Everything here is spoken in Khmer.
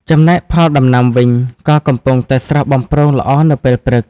ចំណែកផលដំណាំវិញក៏កំពុងតែស្រស់បំព្រងល្អនៅពេលព្រឹក ។